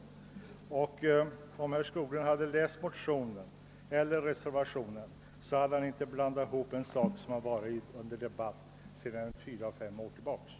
Om herr Skoglund hade läst motionen eller reservationen hade han inte blandat ihop denna fråga med en sak som varit under debatt för fyra, fem år sedan.